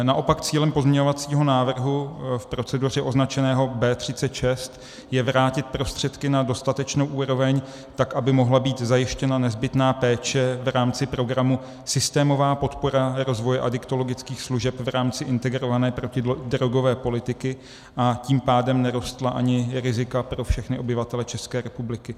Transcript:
Naopak cílem pozměňovacího návrhu v proceduře označeného B36 je vrátit prostředky na dostatečnou úroveň tak, aby mohla být zajištěna nezbytná péče v rámci programu Systémová podpora rozvoje adiktologických služeb v rámci integrované protidrogové politiky, a tím pádem nerostla ani rizika pro všechny obyvatele České republiky.